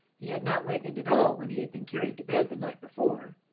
he had not wakened at all when he had been carried to bed the night before,